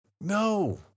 No